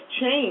change